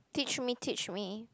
teach me teach me